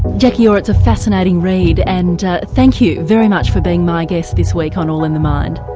jackie orr, it's a fascinating read, and thank you very much for being my guest this week on all in the mind.